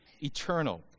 eternal